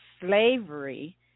slavery